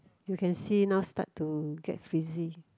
you can see now start to get frizzy